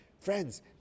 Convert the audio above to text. friends